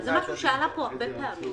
זה משהו שעלה פה הרבה פעמים.